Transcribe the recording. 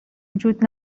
وجود